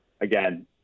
again